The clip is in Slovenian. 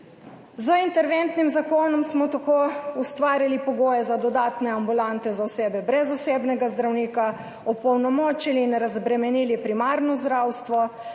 Z interventnim zakonom smo tako ustvarili pogoje za dodatne ambulante za osebe brez osebnega zdravnika, opolnomočili in razbremenili primarno zdravstvo,